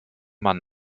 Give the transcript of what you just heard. man